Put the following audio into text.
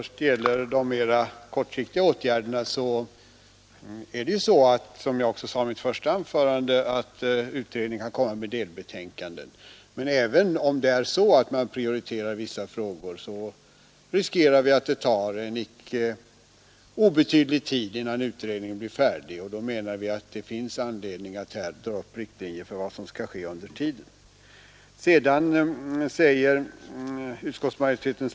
Sedan säger utskottsmajoritetens talesman beträffande reservationen 3 att ingenting har hänt sedan förra året.